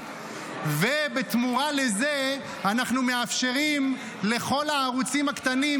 ובתמורה לזה אנחנו מאפשרים לכל הערוצים הקטנים,